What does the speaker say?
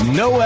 no